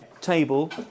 table